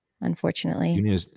unfortunately